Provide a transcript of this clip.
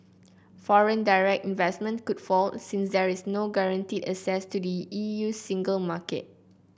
foreign direct investment could fall since there is no guaranteed access to the E U single market